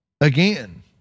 again